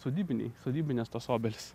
sodybiniai sodybinės tos obelys